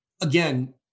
again